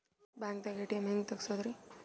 ಬ್ಯಾಂಕ್ದಾಗ ಎ.ಟಿ.ಎಂ ಹೆಂಗ್ ತಗಸದ್ರಿ?